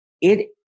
it-